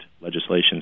legislation